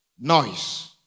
noise